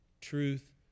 truth